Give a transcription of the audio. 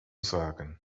sagen